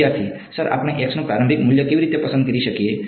વિદ્યાર્થી સર આપણે નું પ્રારંભિક મૂલ્ય કેવી રીતે પસંદ કરી શકીએ